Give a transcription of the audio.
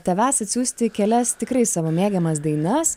tavęs atsiųsti kelias tikrai savo mėgiamas dainas